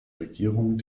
regierung